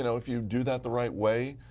you know if you do that the right way,